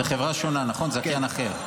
זה חברה שונה, נכון, זה זכיין אחר.